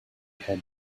head